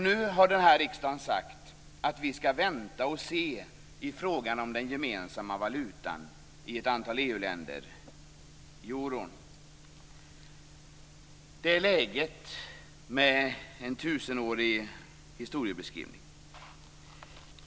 Nu har riksdagen uttalat att vi skall vänta och se i fråga om den gemensamma valutan för ett antal EU länder, euron. Så är läget.